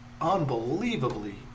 unbelievably